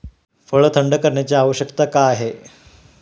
फळ थंड करण्याची आवश्यकता का आहे?